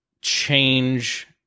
change